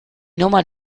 nummer